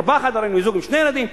ארבעה חדרים לזוג עם שני ילדים?